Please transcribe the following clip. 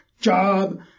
job